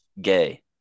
gay